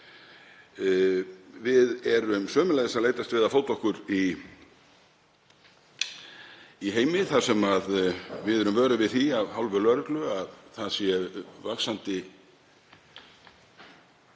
Við erum sömuleiðis að leitast við að fóta okkur í heimi þar sem við erum vöruð við því af hálfu lögreglu að það sé vaxandi